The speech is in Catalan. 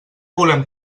volem